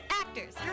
actors